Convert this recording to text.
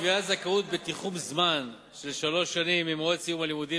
קביעת זכאות בתיחום זמן של שלוש שנים ממועד סיום הלימודים